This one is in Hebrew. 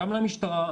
גם למשטרה,